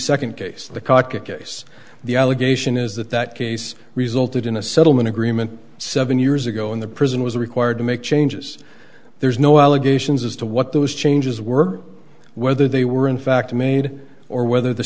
second case the cocket case the allegation is that that case resulted in a settlement agreement seven years ago when the prison was required to make changes there's no allegations as to what those changes were whether they were in fact made or whether the